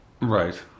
Right